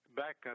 back